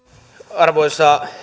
arvoisa